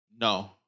No